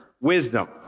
Wisdom